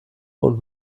und